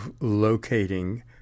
locating